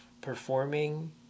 performing